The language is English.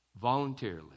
Voluntarily